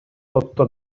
сотто